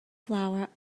flour